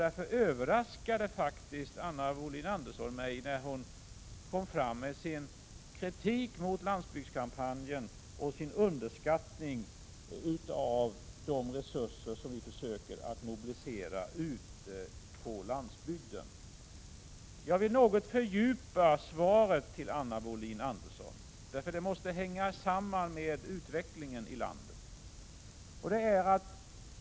Därför överraskade Anna Wohlin-Andersson mig när hon framförde sin kritik mot landsbygdskampanjen och sin underskattning av de resurser som vi försöker att mobilisera på landsbygden. Jag vill något fördjupa svaret till Anna Wohlin-Andersson — det måste hänga samman med utvecklingen i landet.